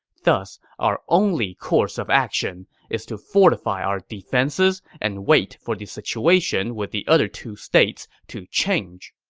thus, our only course of action is to fortify our defenses and wait for the situation with the other two states to change.